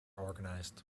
organised